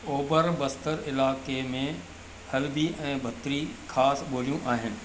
ओभरु बस्तरु इलाइक़े में हलबी ऐं भतरी ख़ासि ॿोलियूं आहिनि